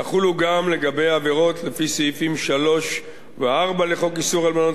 יחולו גם לגבי עבירות לפי סעיפים 3 ו-4 לחוק איסור הלבנת